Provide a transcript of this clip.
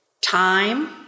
time